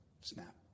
snap